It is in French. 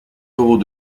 euros